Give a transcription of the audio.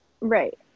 Right